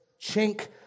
chink